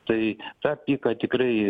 tai tą piką tikrai